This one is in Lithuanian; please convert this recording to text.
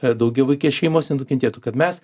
a daugiavaikės šeimos nenukentėtų kad mes